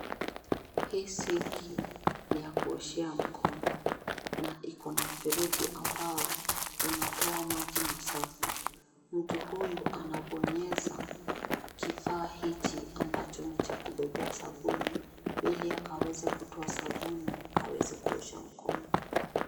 Hii sinki ni ya kuoshea mkono, na iko na mfereji ambao unatoa maji masafi. Mtu huyu anabonyeza kifaa hichi ambacho ni cha kubebea sabuni, ili akaweze kutoa sabuni aweze kuosha mkono.